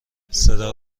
صدا